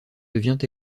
devient